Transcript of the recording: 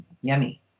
Yummy